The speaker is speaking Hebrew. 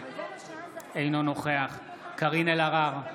אינו נוכח קארין אלהרר,